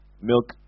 milk